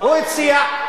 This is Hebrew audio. הוא אחד המומחים.